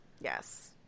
Yes